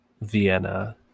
Vienna